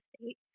state